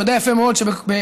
אתה יודע יפה מאוד שבפוליטיקה,